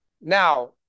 Now